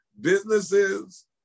businesses